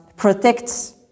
protects